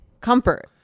comfort